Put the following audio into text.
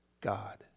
God